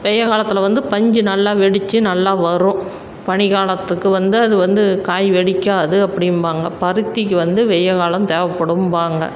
வெய்ய காலத்தில் வந்து பஞ்சு நல்லா வெடிச்சு நல்லா வரும் பனி காலத்துக்கு வந்து அது வந்து காய் வெடிக்காது அப்படிம்பாங்க பருத்திக்கு வந்து வெய்யல் காலம் தேவைப்படும்பாங்க